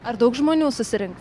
ar daug žmonių susirink